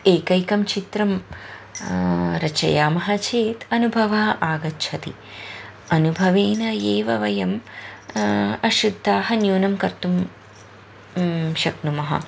एकैकं चित्रं रचयामः चेत् अनुभवः आगच्छति अनुभवेन एव वयम् अशुद्धाः न्यूनं कर्तुं शक्नुमः